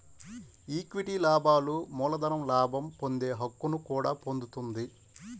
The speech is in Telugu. ఈక్విటీ లాభాలు మూలధన లాభం పొందే హక్కును కూడా పొందుతుంది